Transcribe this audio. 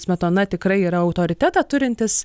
smetona tikrai yra autoritetą turintis